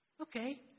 Okay